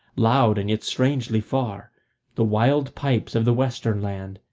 loud and yet strangely far the wild pipes of the western land,